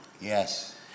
Yes